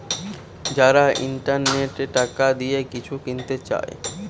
যারা ইন্টারনেটে টাকা দিয়ে কিছু কিনতে চায়